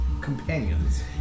companions